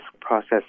process